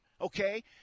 okay